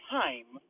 time